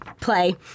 play